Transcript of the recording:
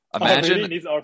imagine